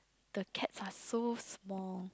the cats are so small